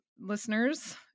listeners